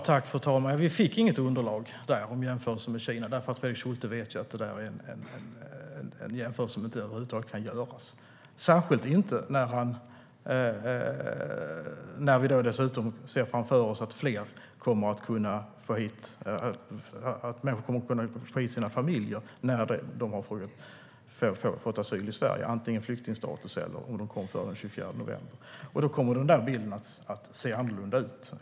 Fru talman! Vi fick inget underlag för jämförelsen med Kina. Fredrik Schulte vet ju att det där är en jämförelse som inte är relevant, särskilt inte eftersom fler kommer att kunna få hit sina familjer efter att ha fått asyl i Sverige, antingen fått flyktingstatus eller kom före den 24 november. Då kommer den bilden att se annorlunda ut.